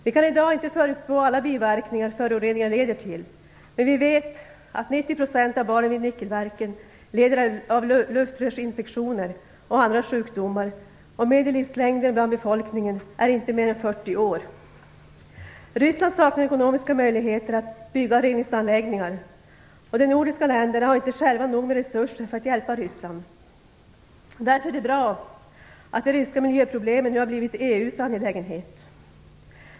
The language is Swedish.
Vi kan i dag inte förutspå alla biverkningar föroreningarna leder till, men vi vet att 90 % av barnen vid nickelverken lider av luftrörsinfektioner och andra sjukdomar samt att medellivslängden bland befolkningen inte är mer än 40 år. Ryssland saknar ekonomiska möjligheter att bygga reningsanläggningar och de nordiska länderna har inte själva nog med resurser för att hjälpa Ryssland. Därför är det bra att de ryska miljöproblemen nu har blivit EU:s angelägenhet.